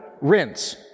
rinse